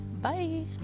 Bye